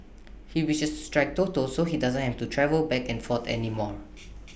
he wishes to strike Toto so he doesn't have to travel back and forth anymore